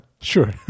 sure